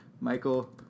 Michael